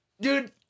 Dude